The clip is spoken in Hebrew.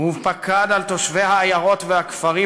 הוא פקד על תושבי העיירות והכפרים